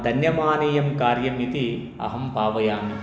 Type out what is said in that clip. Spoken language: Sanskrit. धन्यमानीयं कार्यम् इति अहम् भावयामि